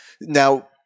Now